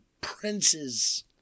prince's